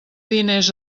diners